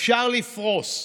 אפשר לפרוס,